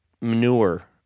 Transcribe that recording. manure